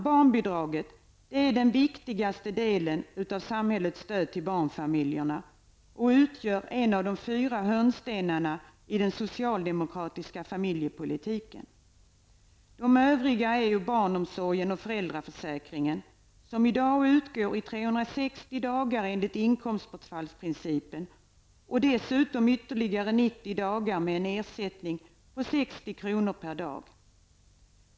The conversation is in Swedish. Barnbidraget är den viktigaste delen av samhällets stöd till barnfamiljerna och utgör en av de fyra hörnstenarna i den socialdemokratiska familjepolitiken. Två av de övriga är barnomsorgen och föräldraförsäkringen, som i dag utgår i 360 dagar enligt inkomstbortfallsprincipen och dessutom ytterligare 90 dagar med en ersättning på 60 kr. per dag.